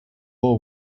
law